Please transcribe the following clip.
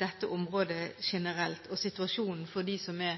dette området generelt og på situasjonen for dem som